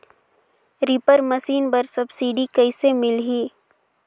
Reaper machine बर subsidy कइसे मिलही?